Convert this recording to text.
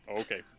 Okay